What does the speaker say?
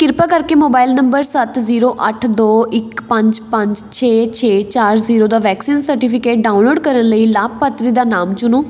ਕਿਰਪਾ ਕਰਕੇ mobile number ਸੱਤ ਜ਼ੀਰੋ ਅੱਠ ਦੋ ਇੱਕ ਪੰਜ ਪੰਜ ਛੇ ਛੇ ਚਾਰ ਜ਼ੀਰੋ ਦਾ ਵੈਕਸੀਨ ਸਰਟੀਫਿਕੇਟ ਡਾਊਨਲੋਡ ਕਰਨ ਲਈ ਲਾਭਪਾਤਰੀ ਦਾ ਨਾਮ ਚੁਣੋ